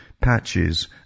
patches